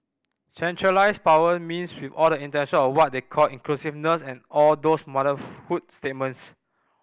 centralised power means with all the intention of what they call inclusiveness and all those motherhood statements